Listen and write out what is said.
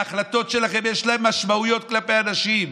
להחלטות שלכם יש משמעויות כלפי אנשים.